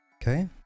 okay